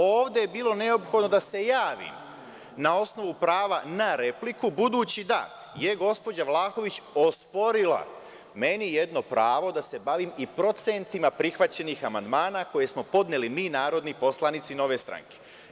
Ovde je bilo neophodno da se javim na osnovu prava na repliku, budući da je gospođa Vlahović osporila meni jedno pravo da se bavim i procentima prihvaćenih amandmana koje smo podneli mi, narodni poslanici Nove stranke.